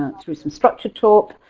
through, some structured talk,